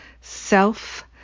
self